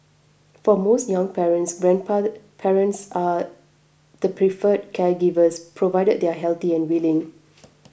for most young parents grand parents are the preferred caregivers provided they are healthy and willing